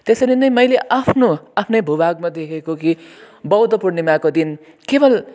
त्यसरी नै मैले आफ्नो आफ्नै भू भागमा देखेको कि बौद्ध पूर्णिमाको दिन केवल